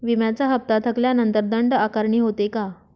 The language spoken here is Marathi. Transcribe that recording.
विम्याचा हफ्ता थकल्यानंतर दंड आकारणी होते का?